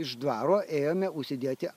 iš dvaro ėjome užsidėti